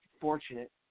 fortunate